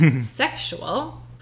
sexual